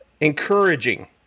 encouraging